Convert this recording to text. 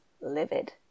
livid